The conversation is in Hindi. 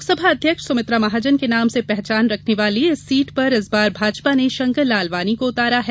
लोकसभा अध्यक्ष सुमित्रा महाजन के नाम से पहचान रखने वाली इस सीट पर इस बार भाजपा ने शंकर लालवानी को उतारा है